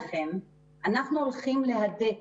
לכן אנחנו הולכים להדק